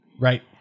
Right